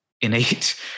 innate